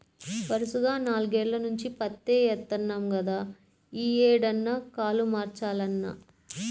వరసగా నాల్గేల్ల నుంచి పత్తే యేత్తన్నాం గదా, యీ ఏడన్నా కాలు మార్చాలన్నా